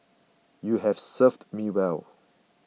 you have served me well